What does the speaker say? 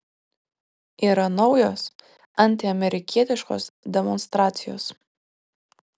yra naujos antiamerikietiškos demonstracijos